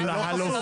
הוא לא חשוף?